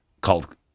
called